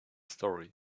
story